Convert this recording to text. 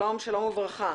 שלום וברכה.